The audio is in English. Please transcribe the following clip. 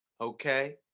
okay